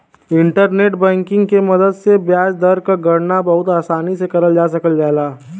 internet banking के मदद से ब्याज दर क गणना बहुत आसानी से करल जा सकल जाला